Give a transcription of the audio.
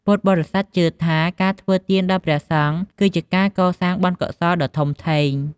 ពុទ្ធបរិស័ទជឿថា ការធ្វើទានដល់ព្រះសង្ឃ គឺជាការសាងបុណ្យកុសលដ៏ធំធេង។